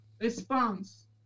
response